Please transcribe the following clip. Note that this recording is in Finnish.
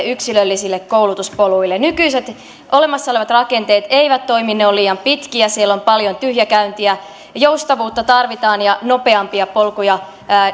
yksilöllisille koulutuspoluille nykyiset olemassa olevat rakenteet eivät toimi ne ovat liian pitkiä siellä on paljon tyhjäkäyntiä joustavuutta tarvitaan ja nopeampia polkuja